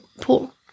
pool